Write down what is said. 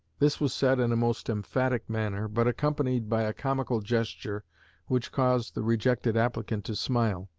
this was said in a most emphatic manner, but accompanied by a comical gesture which caused the rejected applicant to smile.